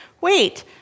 Wait